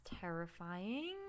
terrifying